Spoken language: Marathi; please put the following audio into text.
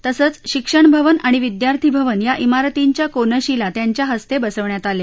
तसंच शिक्षणभवन आणि विद्यार्थीभवन या मिारतींच्या कोनशीला त्यांच्या हस्ते बसविण्यात आल्या